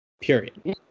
period